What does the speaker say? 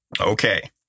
Okay